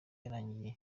yarangije